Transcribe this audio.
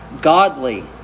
godly